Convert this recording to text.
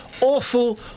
Awful